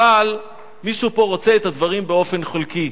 אבל מישהו פה רוצה את הדברים באופן חלקי.